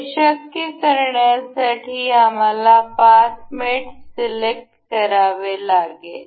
हे शक्य करण्यासाठी आम्हाला पाथ मेट सिलेक्ट करावे लागेल